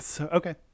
Okay